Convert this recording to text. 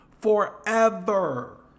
forever